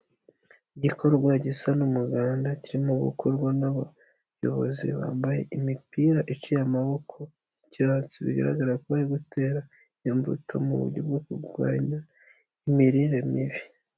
Igikorwa gisa n'umuganda kirimo gukorwa n'abayobozi bambaye imipira iciye amaboko y'cyatsi, bigaragara ko gutera imbuto mu buryo bwo kurwanya imirire mibi.